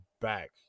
Back